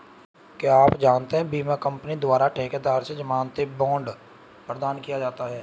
क्या आप जानते है बीमा कंपनी द्वारा ठेकेदार से ज़मानती बॉण्ड प्रदान किया जाता है?